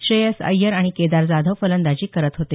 श्रेयस अय्यर आणि केदार जाधव फलंदाजी करत होते